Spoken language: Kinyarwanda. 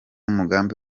umugambi